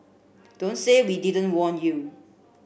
don't say we didn't warn you